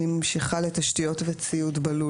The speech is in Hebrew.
תשתיות וציוד בלול